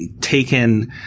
taken